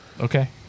okay